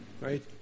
right